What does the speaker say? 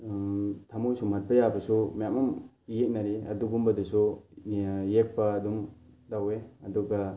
ꯊꯃꯣꯏ ꯁꯨꯝꯍꯠꯄ ꯌꯥꯕꯁꯨ ꯃꯌꯥꯝ ꯑꯃ ꯌꯦꯛꯅꯔꯤ ꯑꯗꯨꯒꯨꯝꯕꯗꯨꯁꯨ ꯌꯦꯛꯄ ꯑꯗꯨꯝ ꯇꯧꯋꯤ ꯑꯗꯨꯒ